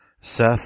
Seth